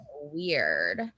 weird